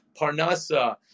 parnasa